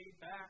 back